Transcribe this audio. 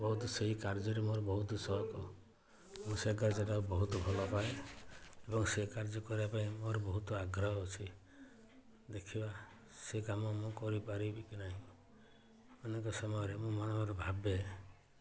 ବହୁତ ସେଇ କାର୍ଯ୍ୟରେ ମୋର ବହୁତ ସଅକ ମୁଁ ସେ କାର୍ଯ୍ୟଟାକୁ ବହୁତ ଭଲପାଏ ଏବଂ ସେ କାର୍ଯ୍ୟ କରିବା ପାଇଁ ମୋର ବହୁତ ଆଗ୍ରହ ଅଛି ଦେଖିବା ସେ କାମ ମୁଁ କରିପାରିବି କି ନାହିଁ ଅନେକ ସମୟରେ ମୁଁ ମନେ ମନେ ଭାବେ